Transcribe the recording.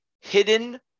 Hidden